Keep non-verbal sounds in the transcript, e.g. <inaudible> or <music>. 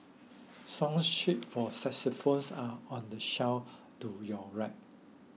song sheet for <unintelligible> are on the shelf to your right